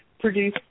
produce